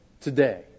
today